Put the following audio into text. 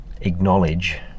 acknowledge